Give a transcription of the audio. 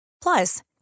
Plus